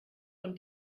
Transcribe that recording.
von